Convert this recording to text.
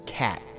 cat